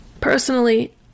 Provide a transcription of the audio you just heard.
Personally